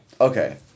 Okay